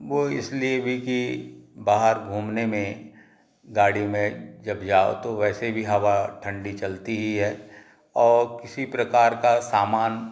वो इसलिए भी की बाहर घूमने में गाड़ी में जब जाओ तो वैसे भी हवा ठंडी चलती ही है और किसी प्रकार का सामान